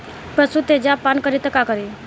पशु तेजाब पान करी त का करी?